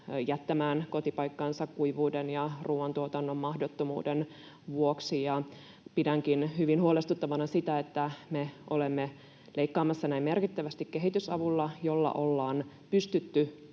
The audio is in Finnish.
jättämään kotipaikkansa kuivuuden ja ruoantuotannon mahdottomuuden vuoksi. Pidänkin hyvin huolestuttavana sitä, että me olemme leikkaamassa näin merkittävästi kehitysavusta, jolla ollaan pystytty